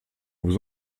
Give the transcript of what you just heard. vous